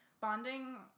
Bonding